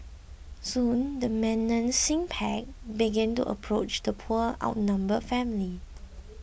soon the menacing pack began to approach the poor outnumbered family